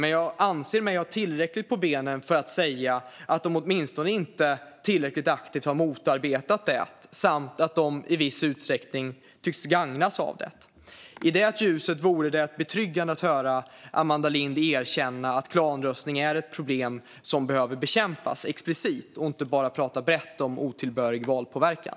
Men jag anser mig ha tillräckligt på benen för att säga att det åtminstone inte har tillräckligt aktivt har motarbetat det, samt att det i viss utsträckning tycks gagnas av det. I det ljuset vore det betryggande att höra Amanda Lind explicit erkänna att klanröstning är ett problem som behöver bekämpas och att hon inte bara pratar brett som otillbörlig valpåverkan.